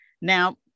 Now